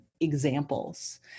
examples